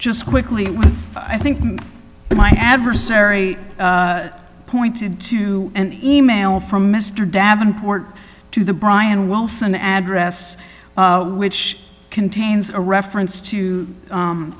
just quickly i think my adversary pointed to an e mail from mr davenport to the brian wilson address which contains a reference to